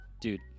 Dude